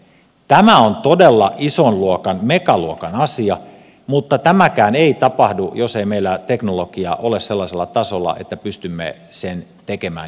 tämä on todella megaluokan asia mutta tämäkään ei tapahdu jos ei meillä teknologia ole sellaisella tasolla että pystymme sen tekemään ja tuottamaan